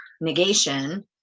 negation